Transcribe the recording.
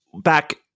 back